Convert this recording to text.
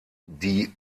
die